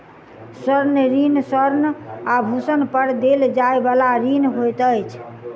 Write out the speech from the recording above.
स्वर्ण ऋण स्वर्ण आभूषण पर देल जाइ बला ऋण होइत अछि